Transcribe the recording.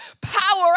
power